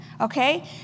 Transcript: okay